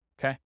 Okay